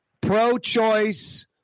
Pro-choice